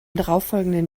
darauffolgenden